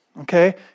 Okay